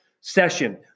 session